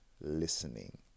listening